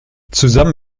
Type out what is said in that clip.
zusammen